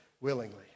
willingly